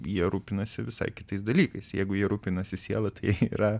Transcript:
jie rūpinasi visai kitais dalykais jeigu jie rūpinasi siela tai yra